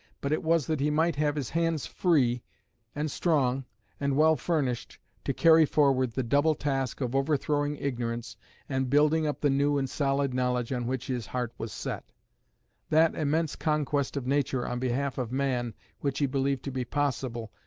but it was that he might have his hands free and strong and well furnished to carry forward the double task of overthrowing ignorance and building up the new and solid knowledge on which his heart was set that immense conquest of nature on behalf of man which he believed to be possible,